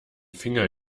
finger